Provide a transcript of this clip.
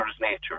nature